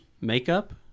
makeup